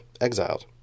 exiled